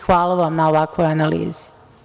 Hvala vam na ovakvoj analizi.